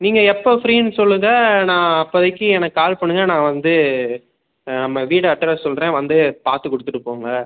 நீங்க எப்ப ஃப்ரீன்னு சொல்லுங்க நான் அப்போதைக்கு எனக்கு கால் பண்ணுங்க நான் வந்து நம்ம வீடு அட்ரஸ் சொல்கிறேன் வந்து பார்த்து கொடுத்துட்டு போங்க